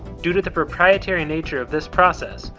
due to the proprietary nature of this process,